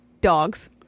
dogs